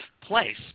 place